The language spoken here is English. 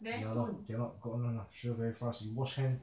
ya lor cannot gone [one] lah sure very fast you wash hand